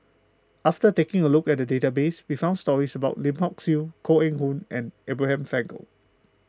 after taking a look at the database we found stories about Lim Hock Siew Koh Eng Hoon and Abraham Frankel